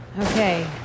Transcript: Okay